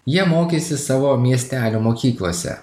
jie mokysis savo miestelio mokyklose